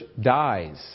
dies